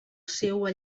seua